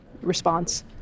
response